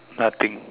nothing